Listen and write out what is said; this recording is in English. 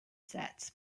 sets